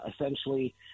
Essentially